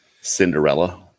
Cinderella